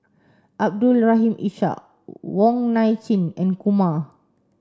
Abdul Rahim Ishak Wong Nai Chin and Kumar